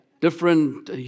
different